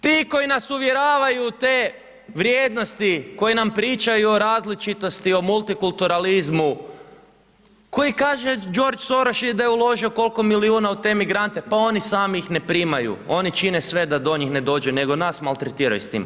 Ti koji nas uvjeravaju u te vrijednosti koje nam pričaju o različitosti, o multikulturalizmu, koji kaže Georg Soros je, da je uložio kol'ko milijuna u te migrante, pa oni sami ih ne primaju, oni čine sve da do njih ne dođe, nego nas maltretiraju s tim.